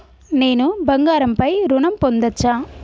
నేను బంగారం పై ఋణం పొందచ్చా?